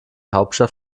hauptstadt